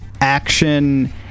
action